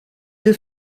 deux